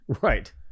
Right